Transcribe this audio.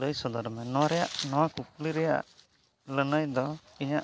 ᱞᱟᱹᱭ ᱥᱚᱫᱚᱨᱢᱮ ᱱᱚᱣᱟᱨᱮᱭᱟᱜ ᱱᱚᱣᱟ ᱠᱩᱠᱞᱤ ᱨᱮᱭᱟᱜ ᱞᱟᱹᱱᱟᱹᱭ ᱫᱚ ᱤᱧᱟᱹᱜ